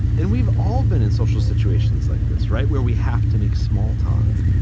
and we've all been in social situations like this, right, where we have to make small talk.